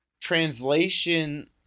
translation